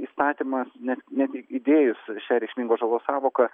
įstatymas net net įdėjus šią reikšmingos žalos sąvoką